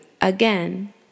again